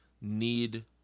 need